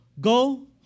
go